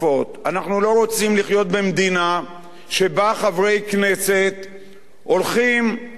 אנחנו לא רוצים לחיות במדינה שבה חברי כנסת הולכים ומעבירים